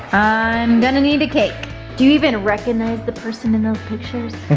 i'm gonna need a cake. do you even recognize the person in those pictures?